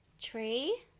Tree